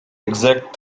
exact